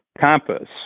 compass